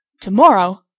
To-morrow